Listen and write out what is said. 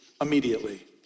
immediately